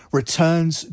returns